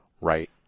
right